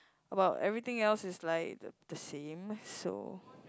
about everything else is like the same so